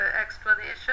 explanation